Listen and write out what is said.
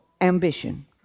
ambition